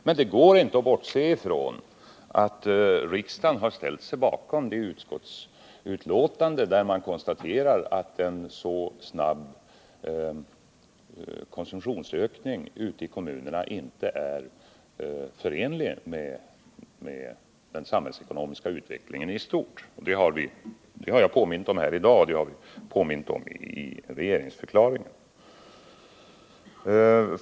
Men det går inte att bortse från att riksdagen har ställt sig bakom det utskottsbetänkande där det konstateras att en så snabb konsumtionsökning ute i kommunerna inte är förenlig med den samhällsekonomiska utvecklingen i stort. Det har jag påmint om här i dag och det har vi påmint om i regeringsförklaringen.